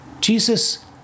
Jesus